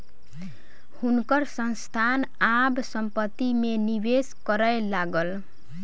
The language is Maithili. हुनकर संस्थान आब संपत्ति में निवेश करय लागल